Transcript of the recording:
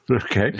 okay